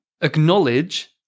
acknowledge